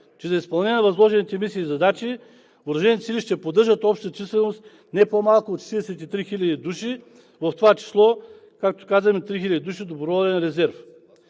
Чрез изпълнение на възложените мисии и задачи въоръжените сили ще поддържат обща численост, не по-малка от 43 хиляди души, в това число, както казваме, 3 хиляди души доброволен резерв.